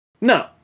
No